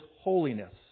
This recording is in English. holiness